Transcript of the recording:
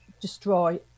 destroy